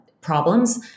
problems